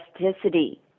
elasticity